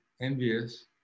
envious